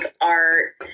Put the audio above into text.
art